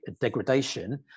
degradation